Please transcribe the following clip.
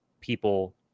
people